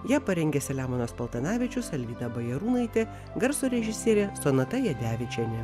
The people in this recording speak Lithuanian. ją parengė selemonas paltanavičius alvyda bajarūnaitė garso režisierė sonata jadevičienė